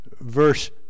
verse